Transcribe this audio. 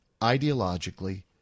ideologically